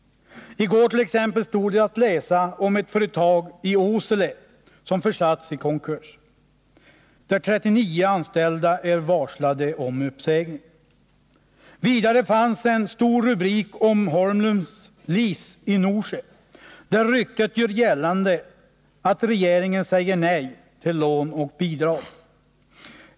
I går t.ex. stod det att läsa om ett företag i Åsele som försatts i konkurs och där 39 anställda är varslade om uppsägning. Vidare fanns en stor rubrik om Holmlunds Livs i Norsjö, där ryktet gör gällande att regeringen säger nej till lån och bidrag.